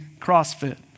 CrossFit